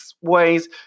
ways